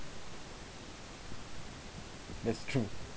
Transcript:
that's true